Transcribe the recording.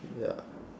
ya